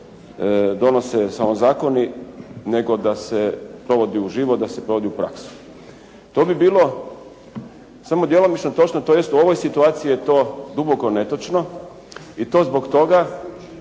se donose samo zakoni nego da se provodi uživo, da se provodi u praksu. To bi bilo samo djelomično točno, tj. u ovoj situaciji je to duboko netočno i to zbog toga